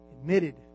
Admitted